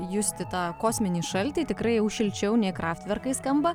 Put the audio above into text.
justi tą kosminį šaltį tikrai jau šilčiau nei kraftverkai skamba